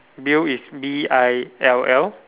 bill is B I L L